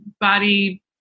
body